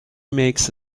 makes